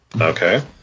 Okay